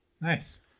Nice